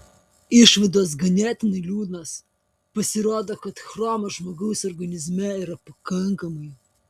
išvados ganėtinai liūdnos pasirodo kad chromo žmogaus organizme yra pakankamai